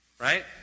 right